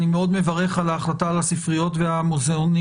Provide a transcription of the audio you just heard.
אני מאוד מברך על ההחלטה על הספריות ועל המוזיאונים.